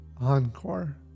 Encore